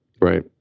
Right